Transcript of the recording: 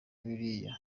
biriya